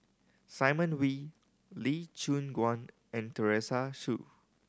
Simon Wee Lee Choon Guan and Teresa Hsu